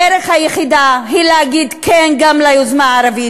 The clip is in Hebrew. הדרך היחידה היא להגיד כן גם ליוזמה הערבית